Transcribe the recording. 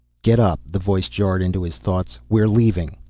get up, the voice jarred into his thoughts. we're leaving.